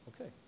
okay